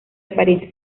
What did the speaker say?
apariencia